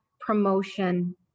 promotion